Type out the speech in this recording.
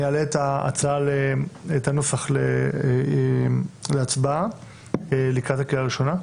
אני אעלה את הנוסח להצבעה לקראת הקריאה הראשונה.